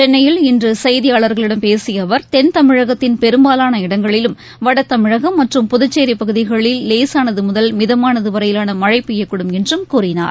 சென்னையில் இன்றுசெய்தியாளர்களிடம் பேசியஅவர் தென் தமிழகத்தின் பெரும்பாலான இடங்களிலும் வடதமிழகம் மற்றும் புதுச்சேரிபகுதிகளில் லேசானதுமுதல் மிதமானதுவரையிலானமழைபெய்யக்கூடும் என்றும் கூறினார்